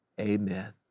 Amen